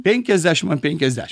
penkiasdešim an penkiasdešim